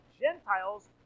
Gentiles